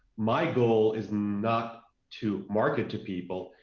my goal is not to market to people,